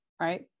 right